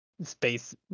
space